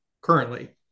currently